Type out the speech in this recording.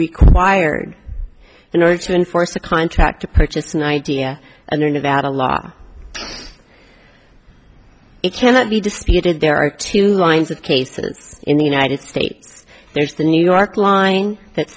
required in order to enforce a contract to purchase an idea and then about a law it cannot be disputed there are two lines of cases in the united states there's the new york line that